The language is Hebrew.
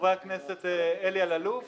אלי אלאלוף